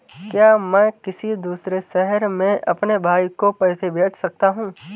क्या मैं किसी दूसरे शहर में अपने भाई को पैसे भेज सकता हूँ?